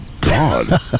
God